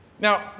now